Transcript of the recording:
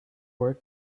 work